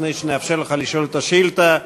לפני שנאפשר לך לשאול את השאילתה.